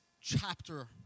chapter